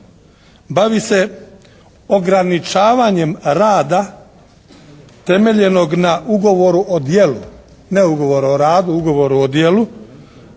bavi se ograničavanjem rada temeljenog na ugovoru o djelu, ne ugovoru o radu, ugovoru o djelu